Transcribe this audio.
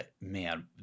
man